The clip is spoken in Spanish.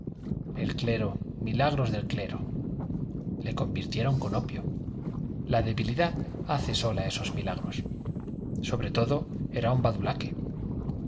el clero milagros del clero le convirtieron con opio la debilidad hace sola esos milagros sobre todo era un badulaque